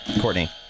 Courtney